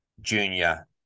junior